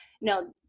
no